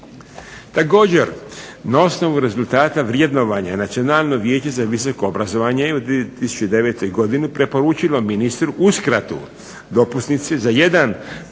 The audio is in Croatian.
Također, na osnovu rezultata vrednovanja Nacionalno vijeće za visoko obrazovanje je u 2009. godini preporučilo ministru uskratu dopusnice za 1